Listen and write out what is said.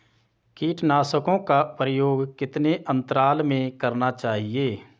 कीटनाशकों का प्रयोग कितने अंतराल में करना चाहिए?